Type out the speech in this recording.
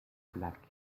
black